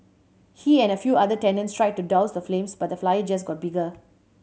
he and a few other tenants tried to douse the flames but the fire just got bigger